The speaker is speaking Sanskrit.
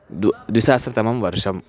दु द्विसहस्रतमं वर्षम्